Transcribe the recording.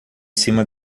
cima